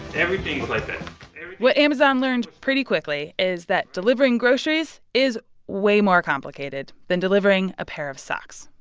everything's like that what amazon learned pretty quickly is that delivering groceries is way more complicated than delivering a pair of socks.